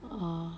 ah